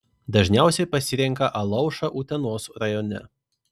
dažniausiai pasirenka alaušą utenos rajone